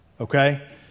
Okay